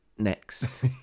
next